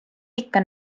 ikka